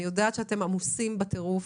אני יודעת שאתם עמוסים בטירוף,